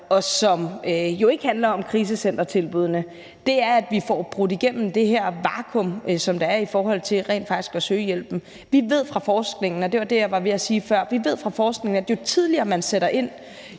og som jo ikke handler om krisecentertilbuddene, er, at vi får brudt igennem det her vakuum, som der er i forhold til rent faktisk at søge hjælpen. Vi ved fra forskningen – og det var det, jeg var ved at sige før – at jo tidligere man sætter ind,